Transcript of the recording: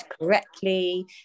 correctly